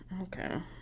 okay